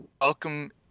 welcome